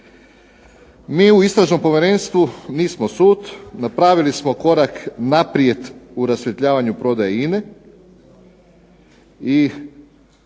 mi u Istražnom povjerenstvu nismo sud. Napravili smo korak naprijed u rasvjetljavanju prodaje INA-e i